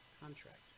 contract